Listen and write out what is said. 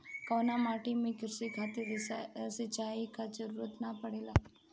कउना माटी में क़ृषि खातिर सिंचाई क जरूरत ना पड़ेला?